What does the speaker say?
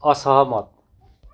असहमत